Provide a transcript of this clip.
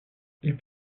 peut